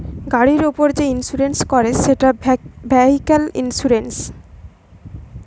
গাড়ির উপর যে ইন্সুরেন্স করে সেটা ভেহিক্যাল ইন্সুরেন্স